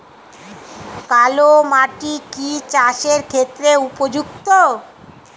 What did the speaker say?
কালো মাটি কি চাষের ক্ষেত্রে উপযুক্ত?